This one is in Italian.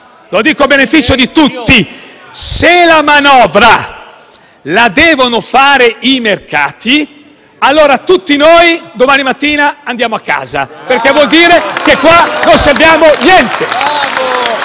lo dico a beneficio di tutti - se la manovra la devono fare i mercati, allora domani mattina andiamo tutti a casa, perché vuol dire che qua non serviamo a niente